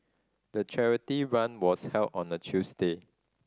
the charity run was held on a Tuesday